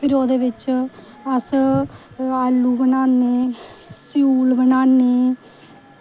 फिर ओह्दे बिच्च अस आलू बनान्ने स्यूल बनान्ने